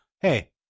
Hey